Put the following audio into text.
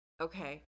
Okay